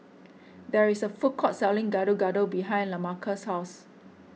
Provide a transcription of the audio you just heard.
there is a food court selling Gado Gado behind Lamarcus' house